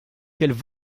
quelles